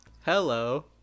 hello